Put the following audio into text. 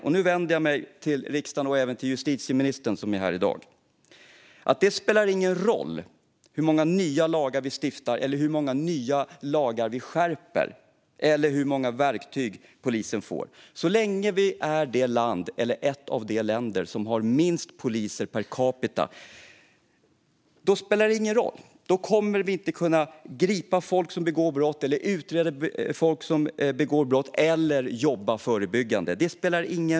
Slutligen vänder jag mig till riksdagen och även till justitieministern, som är här i dag: Det spelar ingen roll hur många nya lagar vi stiftar, hur många lagar vi skärper eller hur många nya verktyg polisen får så länge Sverige är ett av de länder som har minst antal poliser per capita. Då spelar det ingen roll, för då kommer vi inte att kunna gripa folk som begår brott, utreda brott eller jobba förebyggande.